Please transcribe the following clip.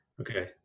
Okay